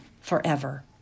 forever